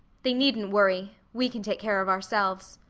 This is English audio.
they needn't worry, we can take care of ourselves.